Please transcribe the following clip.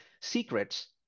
secrets